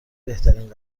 بهترین